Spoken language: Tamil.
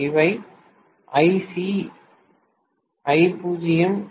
இவை IcIo cosΦ